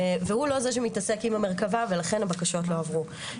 והוא לא זה שמתעסק עם המרכבה ולכן הבקשות לא עברו.